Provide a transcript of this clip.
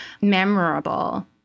memorable